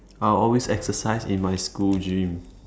I always exercise in my school gym